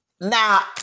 Now